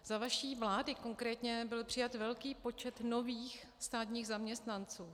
Za vaší vlády konkrétně byl přijat velký počet nových státních zaměstnanců.